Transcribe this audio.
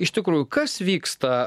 iš tikrųjų kas vyksta